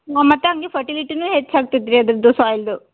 ಹ್ಞೂ ಮತ್ತು ಹಂಗೆ ಫರ್ಟಿಲಿಟಿನು ಹೆಚ್ಚು ಆಗ್ತದೆ ರೀ ಅದ್ರದ್ದು ಸೋಯ್ಲುದ್ದು